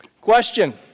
Question